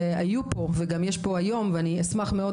והיו פה וגם יש פה היום ואני אשמח מאוד,